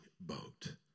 boat